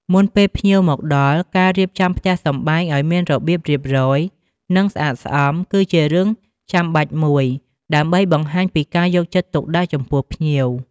មុនពេលភ្ញៀវមកដល់ ការរៀបចំផ្ទះសម្បែងឲ្យមានរបៀបរៀបរយ និងស្អាតស្អំ គឺជារឿងចាំបាច់មួយ ដើម្បីបង្ហាញពីការយកចិត្តទុកដាក់ចំពោះភ្ញៀវ។